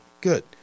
Good